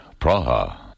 Praha